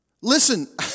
Listen